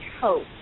hope